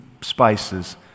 spices